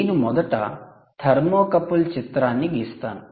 నేను మొదట 'థర్మోకపుల్' చిత్రాన్ని గీస్తాను